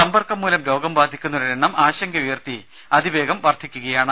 സമ്പർക്കംമൂലം രോഗം ബാധിക്കുന്നവരുടെ എണ്ണം ആശങ്കയുയർത്തി അതിവേഗം വർധിക്കുകയാണ്